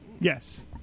Yes